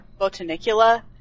Botanicula